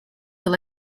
will